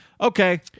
okay